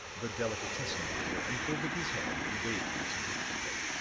the delicatessen dealer unfolded his hands and waved them significantly.